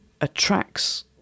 attracts